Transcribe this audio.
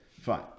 fine